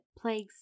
plagues